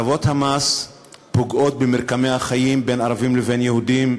הטבות המס פוגעות במרקמי החיים בין ערבים לבין יהודים,